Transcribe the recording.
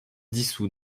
dissous